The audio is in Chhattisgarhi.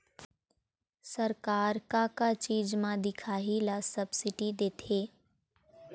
सरकार का का चीज म दिखाही ला सब्सिडी देथे?